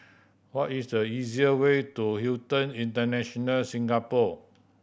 what is the easier way to Hilton International Singapore